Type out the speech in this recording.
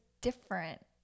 different